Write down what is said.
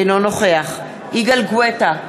אינו נוכח יגאל גואטה,